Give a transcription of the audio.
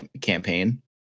campaign